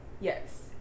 yes